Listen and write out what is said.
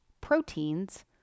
proteins